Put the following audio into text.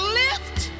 lift